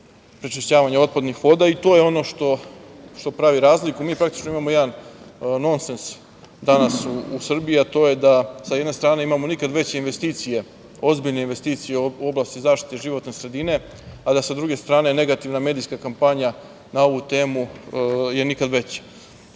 prečišćavanja otpadnih voda. To je ono što pravi razliku. Mi praktično imamo jedan non sens, danas u Srbiji, a to je da danas u Srbiji sa jedne strane imamo nikad veće investicije, ozbiljne investicije u zaštiti životne sredine, a da sa druge strane, negativna medijska kampanja na ovu temu, je nikad